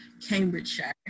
Cambridgeshire